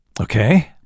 okay